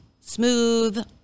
smooth